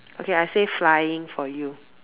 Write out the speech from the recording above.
okay I say flying for you